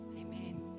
Amen